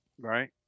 Right